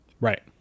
Right